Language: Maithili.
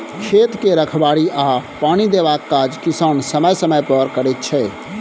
खेत के रखबाड़ी आ पानि देबाक काज किसान समय समय पर करैत छै